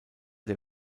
der